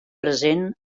present